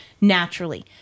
naturally